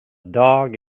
dog